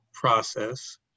process